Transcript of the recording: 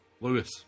Lewis